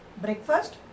breakfast